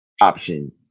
option